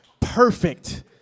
Perfect